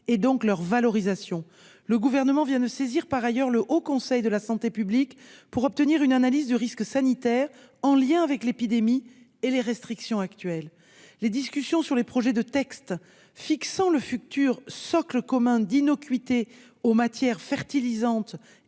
et donc leur valorisation. Par ailleurs, le Gouvernement vient de saisir le Haut Conseil de la santé publique (HCSP) pour obtenir une analyse du risque sanitaire, au regard de l'épidémie et des restrictions actuelles. Les discussions sur les projets de textes fixant le futur socle commun d'innocuité aux matières fertilisantes